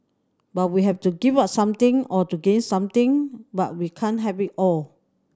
but we have to give up something or to gain something but we can't have it all